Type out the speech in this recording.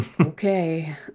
Okay